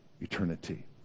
eternity